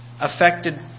affected